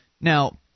Now